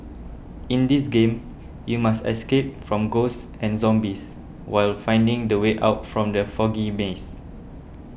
in this game you must escape from ghosts and zombies while finding the way out from the foggy maze